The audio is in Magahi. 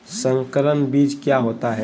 संकर बीज क्या होता है?